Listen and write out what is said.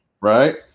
Right